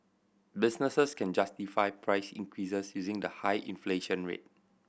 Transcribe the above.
businesses can justify price increases using the high inflation rate